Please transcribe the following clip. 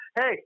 Hey